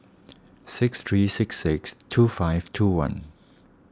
six three six six two five two one